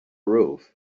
roof